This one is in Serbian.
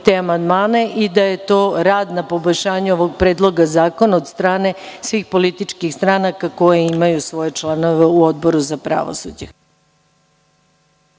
te amandmane i da je to rad na poboljšanju ovog predloga zakona od strane svih političkih stranaka koje imaju svoje članove u Odboru za pravosuđe.